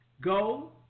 Go